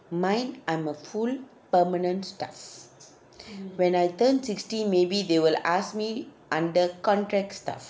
mine I'm a full permanent staff when I turn sixty maybe they will ask me under contract staff